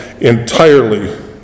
entirely